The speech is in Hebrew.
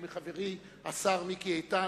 ומחברי השר מיקי איתן,